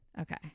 Okay